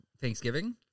Thanksgiving